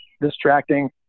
distracting